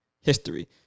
history